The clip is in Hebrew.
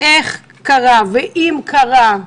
איך קרה ואם קרה.